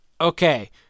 okay